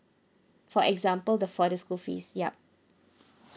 for example the for the school fees yup